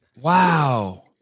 wow